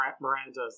miranda's